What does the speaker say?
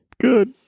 Good